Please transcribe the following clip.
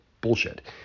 Bullshit